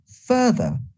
further